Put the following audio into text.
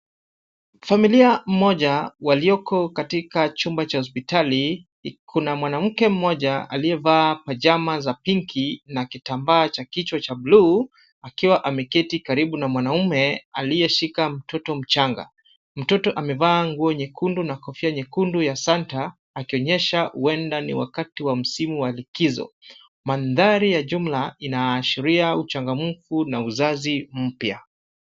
Familia moja walioko katika chumba cha hospitali. Kuna mwanamke mmoja aliyevaa pajama za pinki na kitambaa cha kichwa cha bluu, akiwa ameketi karibu na mwanaume aliyeshika mtoto mchanga. Mtoto amevaa nguo nyekundu na kofia nyekundu ya santa, akionyesha huenda ni wakati wa msimu wa likizo. Mandhari ya jumla inaashiria uchangamfu na uzazi mpya.